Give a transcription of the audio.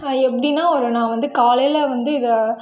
அது எப்படின்னா ஒரு நான் வந்து காலையில் வந்து இதை